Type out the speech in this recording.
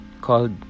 called